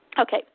Okay